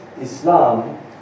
Islam